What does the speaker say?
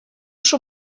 schon